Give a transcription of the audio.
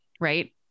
Right